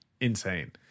insane